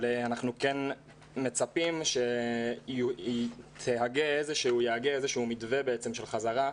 אנחנו כן מצפים שיהיה איזה מתווה לחזרה,